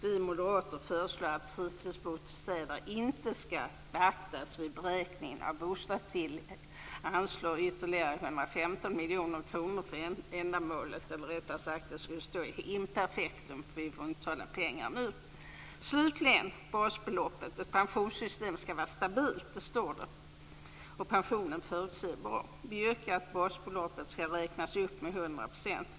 Vi moderater föreslår att fritidsbostäder inte skall beaktas vid beräkningen av bostadstillägg och anslår ytterligare 115 miljoner kronor för ändamålet. Egentligen skulle detta nämnas i imperfekt, eftersom vi inte får tala om pengar nu. Slutligen några ord om basbeloppet. Ett pensionssystem skall vara stabilt. Det står så i texten. Dessutom skall pensionen vara förutsebar. Vi yrkar att basbeloppet räknas upp med 100 %.